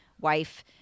wife